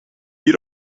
you